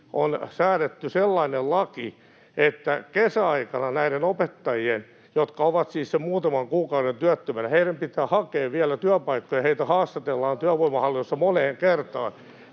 on säädetty sellainen laki, että kesäaikana näiden opettajien, jotka ovat siis sen muutaman kuukauden työttömänä, pitää hakea vielä työpaikkoja ja heitä haastatellaan työvoimahallinnossa moneen kertaan.